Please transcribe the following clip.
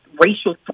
racial